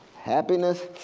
happiness,